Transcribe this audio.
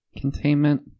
containment